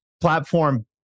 platform